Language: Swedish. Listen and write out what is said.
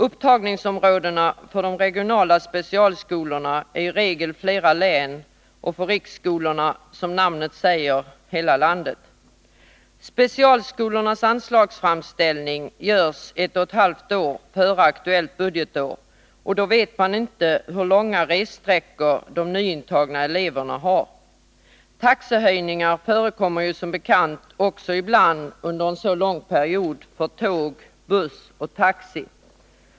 Upptagningsområdena för de regionala specialskolorna är i regel flera län och för riksskolorna, som namnet säger, hela landet. Specialskolornas anslagsframställning görs ett och ett halvt år före aktuellt budgetår, och då vet man inte hur långa ressträckor de nyintagna eleverna kommer att ha. Taxehöjningar förekommer som bekant också ibland under en så lång period på tåg, buss och taxi.